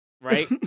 Right